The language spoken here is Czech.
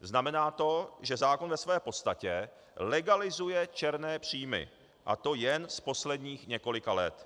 Znamená to, že zákon ve své podstatě legalizuje černé příjmy, a to jen z posledních několika let.